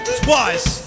twice